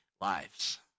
lives